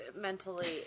mentally